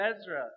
Ezra